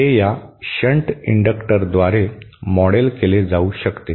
हे या शंट इंडक्टरद्वारे मॉडेल केले जाऊ शकते